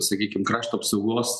sakykim krašto apsaugos